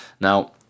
now